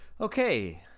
Okay